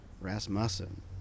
Rasmussen